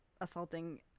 assaulting